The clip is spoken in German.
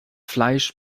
fleisch